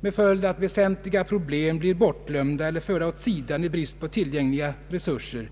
med följd att väsentliga problem blir bortglömda eller förda åt sidan i brist på tillgängliga resurser